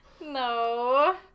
No